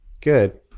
good